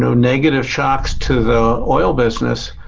negative shocks to the oil business